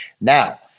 Now